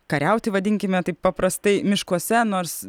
kariauti vadinkime taip paprastai miškuose nors